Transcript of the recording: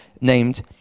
named